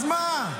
אז מה?